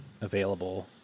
available